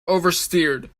oversteered